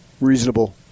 Reasonable